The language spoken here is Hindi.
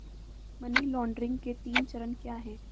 मनी लॉन्ड्रिंग के तीन चरण क्या हैं?